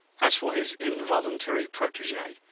as for his involuntary protegee,